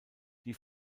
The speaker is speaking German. die